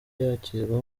yakirwa